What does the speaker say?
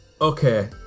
okay